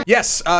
Yes